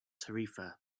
tarifa